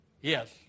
Yes